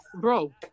bro